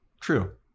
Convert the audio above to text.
True